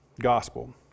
gospel